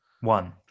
one